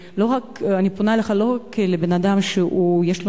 אני פונה אליך לא רק כבן-אדם שיש לו